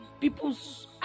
people's